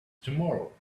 tomorrow